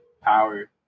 power